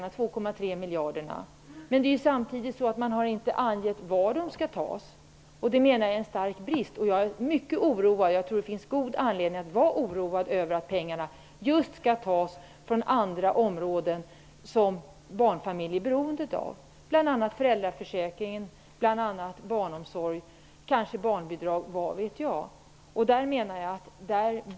Ja, de 3,7 miljarderna finns i och för sig med i regeringens totala budget, men man har samtidigt inte angett varifrån pengarna skall tas. Jag menar att det är en stor brist. Jag är mycket oroad, och jag tror att det finns god anledning att vara oroad över att pengarna skall tas just från andra områden som barnfamiljer är beroende av, bl.a. föräldraförsäkring och barnomsorg -- kanske även barnbidrag, vad vet jag?